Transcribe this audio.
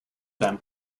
them